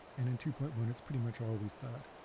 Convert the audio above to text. and in two point one it's pretty much always that.